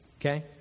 Okay